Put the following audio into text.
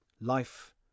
Life